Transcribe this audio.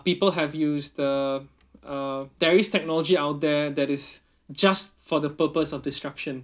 people have used uh uh terrorist technology out there that is just for the purpose of destruction